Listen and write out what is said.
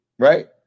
right